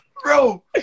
Bro